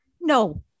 No